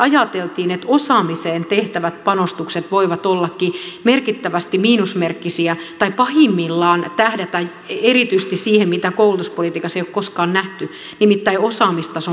ajateltiin että osaamiseen tehtävät panostukset voivat ollakin merkittävästi miinusmerkkisiä tai pahimmillaan tähdätä erityisesti siihen mitä koulutuspolitiikassa ei ole koskaan nähty nimittäin osaamistason laskuun